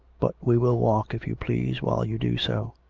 but we will walk, if you please, while you do so.